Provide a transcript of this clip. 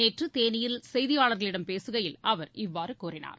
நேற்றதேனியில் செய்தியாளர்களிடம் பேசுகையில் அவர் இவ்வாறுகூறினார்